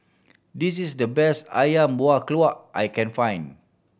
this is the best Ayam Buah Keluak I can find